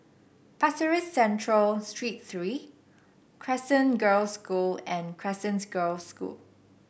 Pasir Ris Central Street Three Crescent Girls' School and Crescents Girls' School